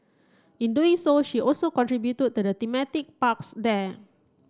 in doing so she also contributed to the thematic parks there